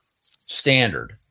standard